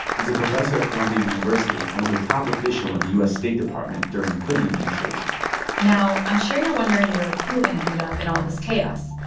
he's a professor at columbia university and was a top official in the u s. state department during the clinton administration now, i'm sure you're wondering wondering where putin ended up in all this chaos.